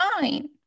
Fine